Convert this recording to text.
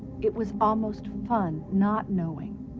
it was almost fun not knowing.